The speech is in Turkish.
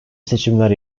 seçimler